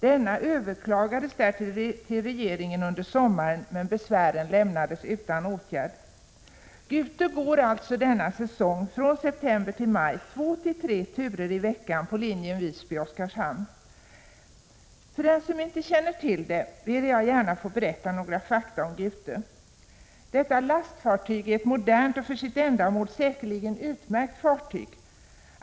Denna överklagades därtill till regeringen under sommaren, men besvären lämnades utan åtgärd. För den som inte känner till det vill jag gärna berätta några fakta om Gute. Detta lastfartyg är ett modernt och för sitt ändamål säkerligen utmärkt fartyg.